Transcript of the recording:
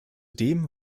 dem